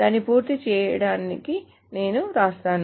దాన్ని పూర్తి చేయడానికి నేను వ్రాస్తాను